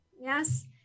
Yes